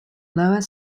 lower